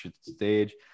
stage